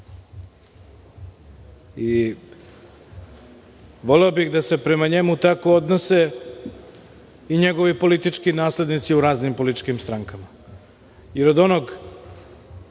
Voleo bih da se prema njemu tako odnose i njegovi politički naslednici u raznim političkim strankama. Od onog